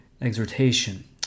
exhortation